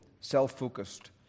self-focused